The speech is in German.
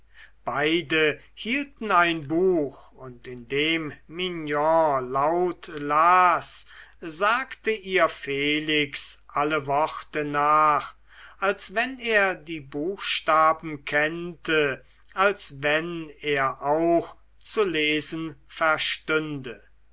beide hielten ein buch und indem mignon laut las sagte ihr felix alle worte nach als wenn er die buchstaben kennte als wenn er auch zu lesen verstünde